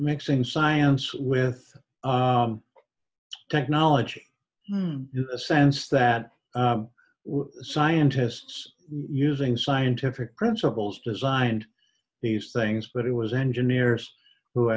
mixing science with technology a sense that scientists using scientific principles designed these things but it was engineers who